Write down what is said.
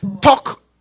talk